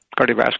cardiovascular